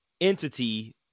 entity